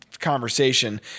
Conversation